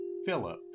Philip